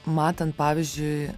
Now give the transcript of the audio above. matant pavyzdžiui